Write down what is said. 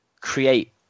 create